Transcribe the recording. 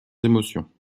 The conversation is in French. émotions